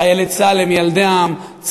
חיילי צה"ל הם ילדי העם,